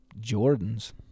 Jordans